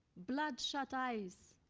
blood-shot eyes,